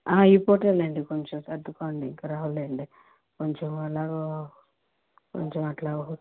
ఈ పూటేలేండి కొంచెం సర్దుకోండి ఇంకా రావులేండి కొంచెం అలాగా కొంచెం అలా